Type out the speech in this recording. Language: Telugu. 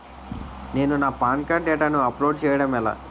నేను నా పాన్ కార్డ్ డేటాను అప్లోడ్ చేయడం ఎలా?